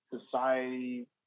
society